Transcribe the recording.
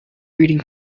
reading